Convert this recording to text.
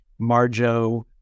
Marjo